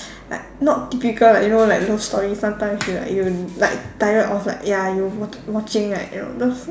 like not typical like you know like love story sometimes you like you like tired of like ya you watch watching like you know those